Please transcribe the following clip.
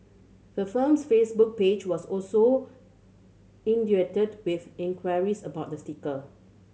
the firm's Facebook page was also with enquiries about the sticker